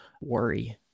worry